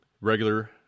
regular